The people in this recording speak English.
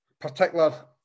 particular